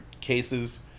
cases